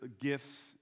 gifts